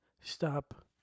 Stop